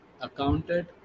accounted